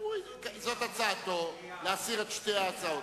זאת הצעתו, להסיר את שתי ההצעות.